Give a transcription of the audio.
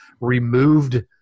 removed